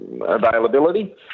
availability